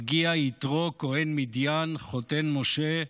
מגיע יתרו, כהן מדיין, חותן משה,